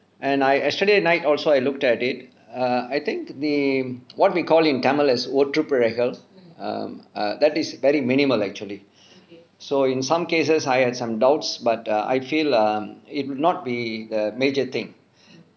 and I actually at night also I looked at it err I think the what we call in tamil as otru pizhaigal pilakal um err that is very minimal actually so in some cases I had some doubts but err I feel that um it would not be the major thing